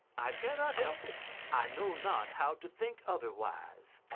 i cannot help it i know not how to think otherwise.